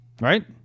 Right